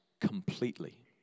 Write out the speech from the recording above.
completely